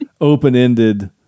open-ended